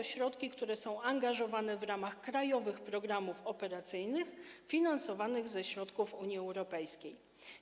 Te środki są angażowane w ramach krajowych programów operacyjnych finansowanych ze środków Unii Europejskiej.